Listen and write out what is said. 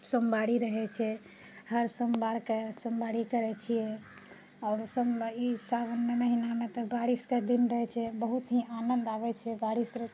सोमवारी रहैत छै हर सोमवारके सोमवारी करैत छिऐ आओर ई सावनके महीनामे तऽ बारिशके दिन रहैत छै बहुत ही आनन्द आबैत छै बारिश